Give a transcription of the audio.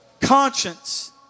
conscience